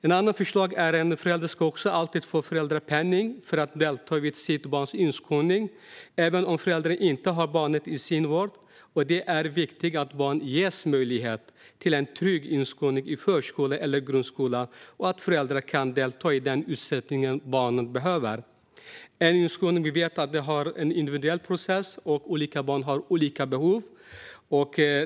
Ett annat förslag är att en förälder alltid ska få föräldrapenning för att delta vid sitt barns inskolning, även om föräldern inte har barnet i sin vård. Det är viktigt att barn ges möjlighet till en trygg inskolning i förskola eller grundskola och att föräldrar kan delta i den utsträckning barnet behöver. Vi vet att en inskolning är en individuell process och att olika barn har olika behov.